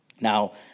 Now